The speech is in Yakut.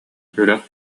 үрэх